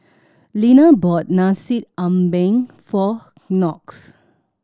Linna bought Nasi Ambeng for Knox